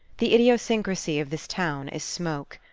the idiosyncrasy of this town is smoke.